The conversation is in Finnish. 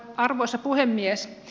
arvoisa puhemies